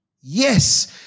Yes